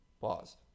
Pause